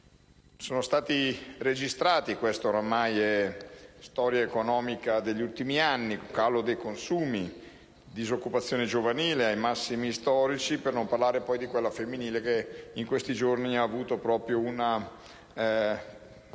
Sono stati registrati - questa ormai è storia economica degli ultimi anni - un calo dei consumi e una disoccupazione giovanile ai massimi storici, per non parlare poi di quella femminile, che in questi giorni è stata illustrata